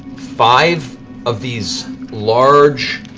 five of these large,